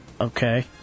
Okay